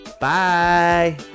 Bye